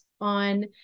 on